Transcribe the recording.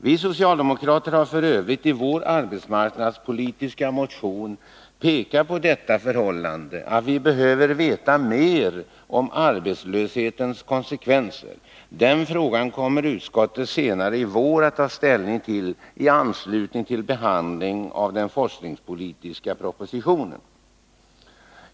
Vi socialdemokrater har f. ö. i vår arbetsmarknadspolitiska motion pekat på det förhållandet att vi behöver veta mer om arbetslöshetens konsekvenser. Den frågan kommer utskottet senare i vår att ta ställning till i anslutning till behandlingen av den forskningspolitiska propositionen.